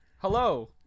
Hello